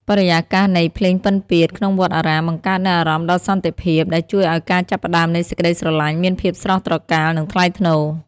បរិយាកាសនៃ "ភ្លេងពិណពាទ្យ" ក្នុងវត្តអារាម បង្កើតនូវអារម្មណ៍ដ៏សន្តិភាព ដែលជួយឱ្យការចាប់ផ្ដើមនៃសេចក្ដីស្រឡាញ់មានភាពស្រស់ត្រកាល និងថ្លៃថ្នូរ។